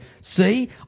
see